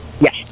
yes